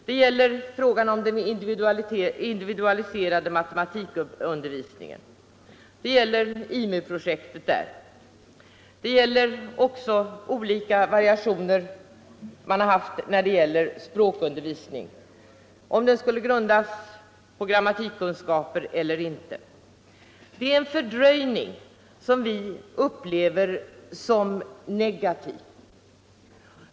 Det gäller frågan om den individualiserade matematikundervisningen — IMU-projektet. Det gäller också olika variationer av språkundervisningen — om den skall grundas på grammatikkunskaper eller inte. Det är en fördröjning här som vi upplever som negativ.